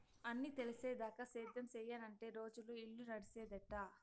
అన్నీ తెలిసేదాకా సేద్యం సెయ్యనంటే రోజులు, ఇల్లు నడిసేదెట్టా